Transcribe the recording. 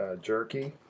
jerky